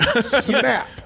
snap